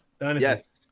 yes